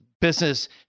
business